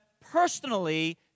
personally